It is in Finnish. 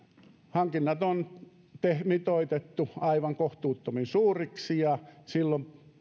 hankinnat on mitoitettu aivan kohtuuttoman suuriksi ja silloin